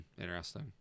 Interesting